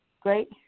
great